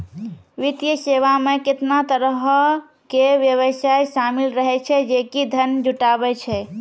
वित्तीय सेवा मे केतना तरहो के व्यवसाय शामिल रहै छै जे कि धन जुटाबै छै